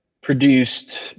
produced